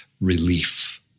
relief